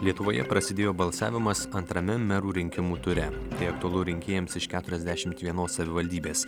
lietuvoje prasidėjo balsavimas antrame merų rinkimų ture tai aktualu rinkėjams iš keturiasdešimt vienos savivaldybės